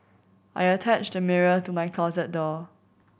I attached the mirror to my closet door